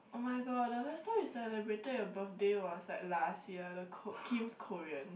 oh my god the last time we celebrated your birthday was like last year the Kim's Korean